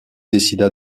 décida